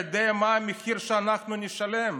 אתה יודע מה המחיר שאנחנו נשלם?